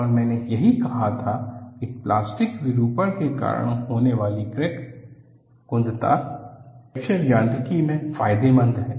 और मैंने यही कहा था कि प्लास्टिक विरूपण के कारण होने वाली क्रैक कुंदता फ्रैक्चर यांत्रिकी में फायदेमंद है